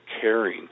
caring